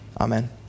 Amen